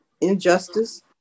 Injustice